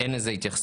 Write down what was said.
אין לזה התייחסות.